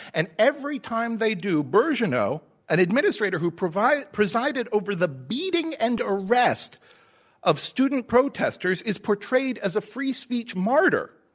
and every time they do, birgeneau an administrator who presided over the beating and arrest of student protestors isportraye d as a free speech martyr.